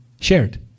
shared